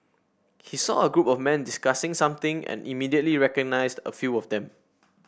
he saw a group of men discussing something and immediately recognised a few of them